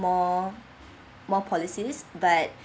more more policies but